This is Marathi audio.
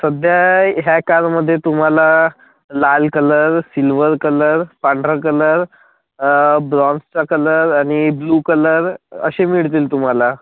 सध्या ह्या कारमध्ये तुमाला लाल कलर सिल्वर कलर पांढरा कलर ब्रॉन्झचा कलर आणि ब्ल्यू कलर असे मिळतील तुम्हाला